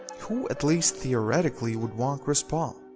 who at least theoretically would want chris paul?